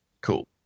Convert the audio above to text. Cool